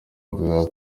bavuga